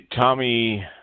Tommy